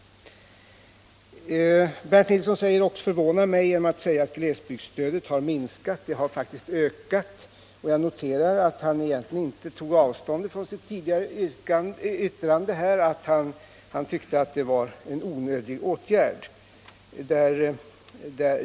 Bernt Nilsson förvånar mig genom att säga att glesbygdsstödet har. minskat, eftersom det faktiskt har ökat. Jag noterar att han egentligen inte tog avstånd från sitt tidigare yttrande, där han tyckte att det var en onödig åtgärd.